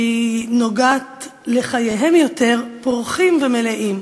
שהיא נוגעת בחייהם יותר, פורחים ומלאים.